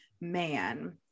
Man